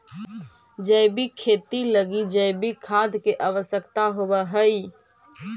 जैविक खेती लगी जैविक खाद के आवश्यकता होवऽ हइ